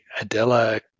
Adela